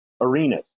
arenas